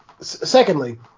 Secondly